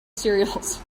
cereals